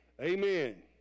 amen